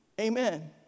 Amen